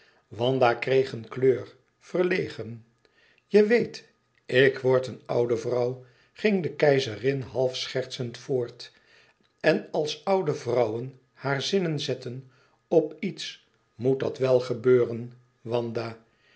wanda kreeg een kleur verlegen je weet ik word een oude vrouw ging de keizerin half schertsend voort en als oude vrouwen haar zinnen zetten op iets moet dat wel gebeuren wanda